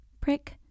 Prick